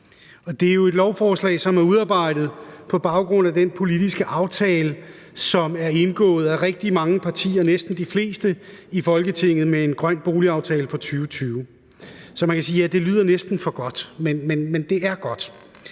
Det er jo et lovforslag, som er udarbejdet på baggrund af den politiske aftale, som er indgået af rigtig mange partier, næsten de fleste, i Folketinget, om en grøn boligaftale for 2020. Så man kan sige, at det næsten lyder for godt, men det er godt.